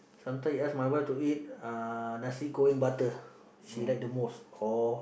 sometime she ask my wife to eat uh nasi-goreng-butter she like the most or